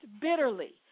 bitterly